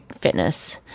fitness